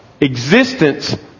existence